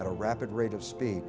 at a rapid rate of speed